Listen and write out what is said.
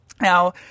Now